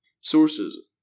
Sources